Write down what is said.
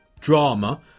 drama